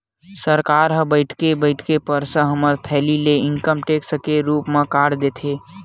सरकार ह बइठे बइठे पइसा हमर थैली ले इनकम टेक्स के रुप म काट देथे